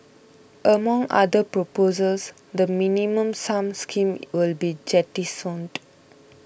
among other proposals the Minimum Sum scheme will be jettisoned